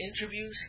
interviews